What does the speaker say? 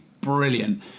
Brilliant